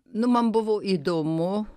nu man buvo įdomu